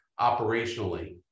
operationally